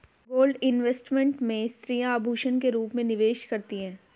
gold investment में स्त्रियां आभूषण के रूप में निवेश करती हैं